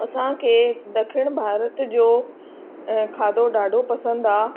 असांखे ॾखिण भारत जो खाधो ॾाढो पसंदि आहे